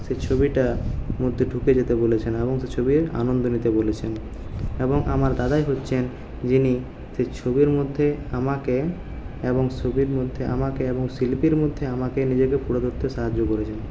সে ছবিটার মধ্যে ঢুকে যেতে বলেছেন এবং সে ছবির আনন্দ নিতে বলেছেন এবং আমার দাদাই হচ্ছেন যিনি সে ছবির মধ্যে আমাকে এবং ছবির মধ্যে আমাকে এবং শিল্পীর মধ্যে আমাকে নিজেকে তুলে ধরতে সাহায্য করেছে